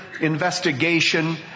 Investigation